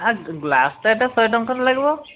ଗ୍ଲାସ୍ଟା ଏଇଟା ଶହେ ଟଙ୍କାର ଲାଗିବ